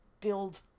build